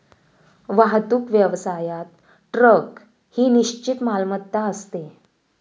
वाहतूक व्यवसायात ट्रक ही निश्चित मालमत्ता असते